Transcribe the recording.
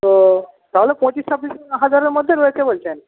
তো তাহলে পঁচিশ ছাব্বিশ হাজারের মধ্যে রয়েছে বলছেন